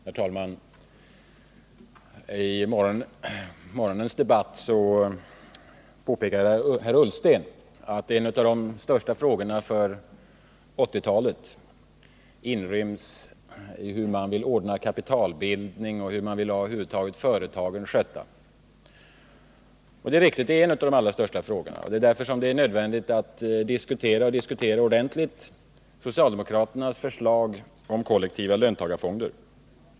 Herr talman! I morgonens debatt påpekade herr Ullsten att en av de största frågorna för 1980-talet gäller hur man vill ordna kapitalbildningen och hur man över huvud taget vill att företagen skall skötas. Det är riktigt. Det är en av de allra största frågorna. Och det är därför som det är nödvändigt att diskutera — ordentligt diskutera — socialdemokraternas förslag om kollektiva löntagarfonder.